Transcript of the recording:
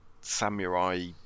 samurai